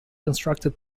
constructed